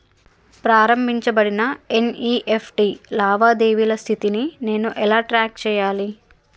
ప్రారంభించబడిన ఎన్.ఇ.ఎఫ్.టి లావాదేవీల స్థితిని నేను ఎలా ట్రాక్ చేయాలి?